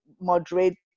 moderate